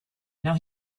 now